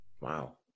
Wow